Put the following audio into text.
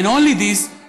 and only this,